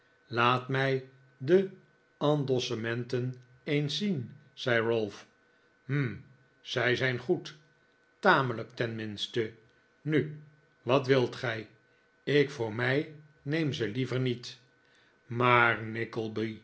laat mij de endossementen eens zien zei ralph hm zij zijn goed tamelijk tenminste nu wat wilt gij ik voor mij neem ze liever niet maar